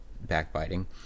backbiting